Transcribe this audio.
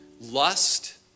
lust